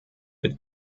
but